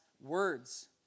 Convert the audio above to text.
words